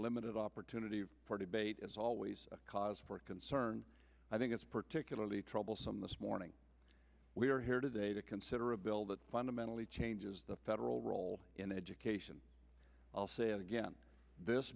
limited opportunity for debate is always a cause for it can crn i think it's particularly troublesome this morning we are here today to consider a bill that fundamentally changes the federal role in education i'll say it again this